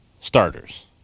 starters